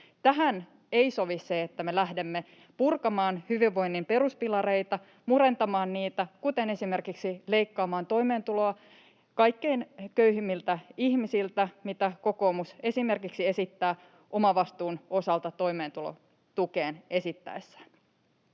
Tähän ei sovi se, että me lähdemme purkamaan hyvinvoinnin peruspilareita, murentamaan niitä, kuten esimerkiksi leikkaamaan toimeentuloa kaikkein köyhimmiltä ihmisiltä, mitä esimerkiksi kokoomus esittää omavastuun osalta toimeentulotukeen.